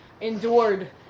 endured